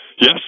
Yes